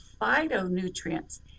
phytonutrients